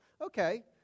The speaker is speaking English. Okay